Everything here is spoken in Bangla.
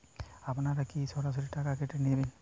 আপনারা কি সরাসরি টাকা কেটে নেবেন?